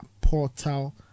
portal